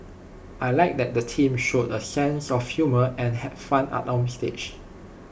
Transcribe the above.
I Like that the teams showed A sense of humour and had fun up on stage